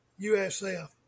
USF